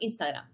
Instagram